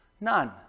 None